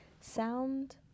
Sound